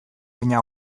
baina